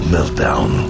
Meltdown